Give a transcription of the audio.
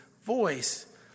voice